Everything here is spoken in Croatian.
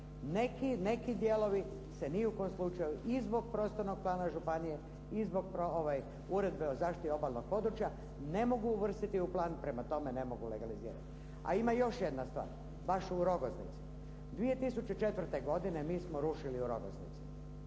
neki dijelovi se ni u kom slučaju i zbog prostornog plana županije i zbog Uredbe o zaštiti obalnog područja ne mogu uvrstiti u plan, prema tome ne mogu legalizirati. A ima još jedna stvar, baš u Rogoznici. 2004. godine mi smo rušili u Rogoznici,